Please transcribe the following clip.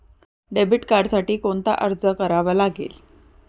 Debit कार्डसाठी कोणता अर्ज करावा लागेल?